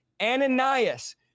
ananias